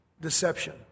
deception